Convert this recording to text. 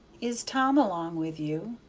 is tom along with you?